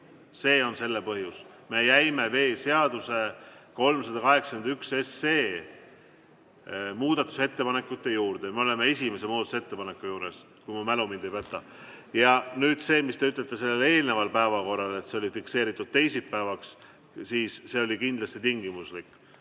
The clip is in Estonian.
See on see põhjus: me jäime veeseaduse eelnõu 381 muudatusettepanekute juurde. Me oleme esimese muudatusettepaneku juures, kui mu mälu mind ei peta. Ja nüüd see, mis te ütlete, et eelmises päevakorras oli see pandud teisipäevaks, siis see oli kindlasti tingimuslik.